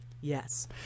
Yes